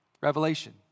revelation